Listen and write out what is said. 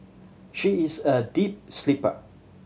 she is a deep sleeper